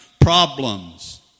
problems